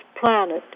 planet